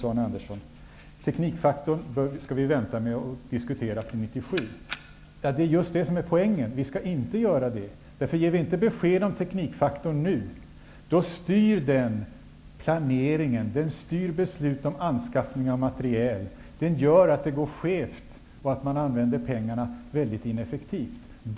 Arne Andersson anser att vi skall vänta med att diskutera teknikfaktorn till 1997. Men poängen är ju att vi skall inte vänta. Ger vi inte besked om teknikfaktorn nu, går det inte att styra planeringen och besluten om anskaffningen av materiel. Planeringen blir skev, och pengarna används på ett ineffektivt sätt.